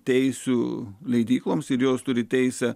teisių leidykloms ir jos turi teisę